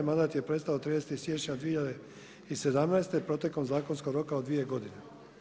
Mandat je prestao 30. siječnja 2017. protekom zakonskog roka od 2 godine.